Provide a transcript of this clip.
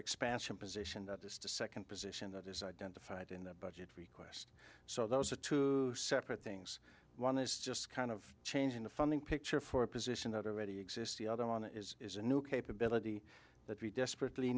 expansion positioned just a second position that is identified in the butt so those are two separate things one is just kind of changing the funding picture for a position that already exists the other one is is a new capability that we desperately